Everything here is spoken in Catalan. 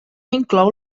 inclou